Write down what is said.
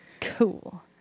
Cool